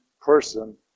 person